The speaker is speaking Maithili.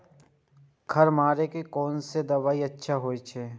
खर मारे के कोन से दवाई अच्छा होय छे?